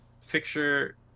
Fixture